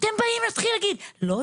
ואתם באים ומתחילים להגיד: לא,